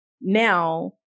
now